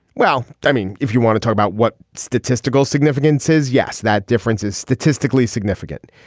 well i mean if you want to talk about what statistical significance says yes that difference is statistically significant.